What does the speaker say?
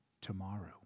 tomorrow